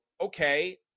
okay